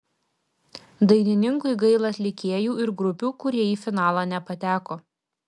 dainininkui gaila atlikėjų ir grupių kurie į finalą nepateko